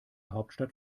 hauptstadt